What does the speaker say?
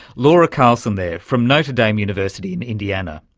laura carlson there from notre dame university in indiana.